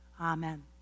Amen